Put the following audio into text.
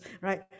right